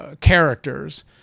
characters